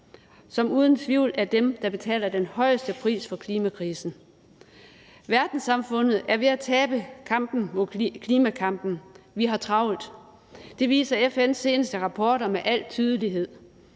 som uden tvivl er dem, der betaler den højeste pris for klimakrisen. Verdenssamfundet er ved at tabe klimakampen; vi har travlt. Det viser FN's seneste rapporter med al tydelighed.